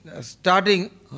starting